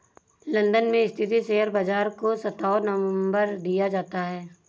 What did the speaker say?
London में स्थित share बाजार को सातवां नम्बर दिया जाता है